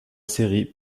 série